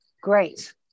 Great